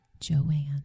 Joanne